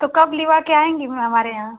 तो कब लेकर आएँगी हमारे यहाँ